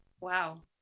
Wow